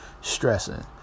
stressing